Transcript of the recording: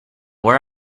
where